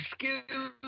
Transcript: excuse